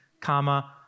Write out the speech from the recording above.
comma